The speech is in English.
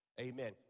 Amen